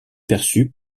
perçu